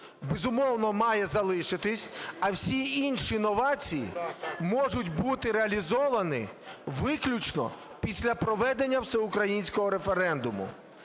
безумовно, має залишитись. А всі інші новації можуть бути реалізовані виключно після проведення всеукраїнського референдуму.